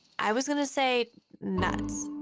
i was gonna say nuts.